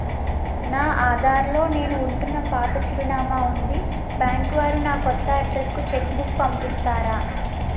నా ఆధార్ లో నేను ఉంటున్న పాత చిరునామా వుంది బ్యాంకు వారు నా కొత్త అడ్రెస్ కు చెక్ బుక్ పంపిస్తారా?